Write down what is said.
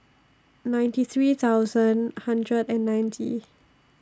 ninety three thousand hundred and ninety